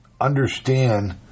understand